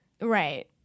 Right